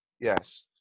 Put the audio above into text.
Yes